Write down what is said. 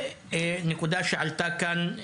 נקודה שעלתה כאן,